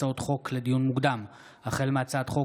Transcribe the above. הצעות חוק לדיון מוקדם החל בהצעת חוק